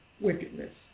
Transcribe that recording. wickedness